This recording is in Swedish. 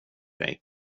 dig